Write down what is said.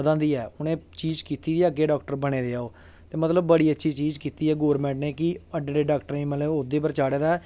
बधांदी ऐ उनें चीज कीती दी ऐ अग्गें डाक्टर बने दे ऐ ओह् ते मतलब बड़ी अच्छी चीज कीती ऐ गोरमैंट ने कि एड्डे एड्डे डाक्टरें गी मतलब औह्दे पर चाढ़े दा ऐ